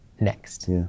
next